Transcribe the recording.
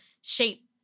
shape